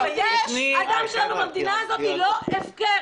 הדם שלנו במדינה הוא לא הפקר.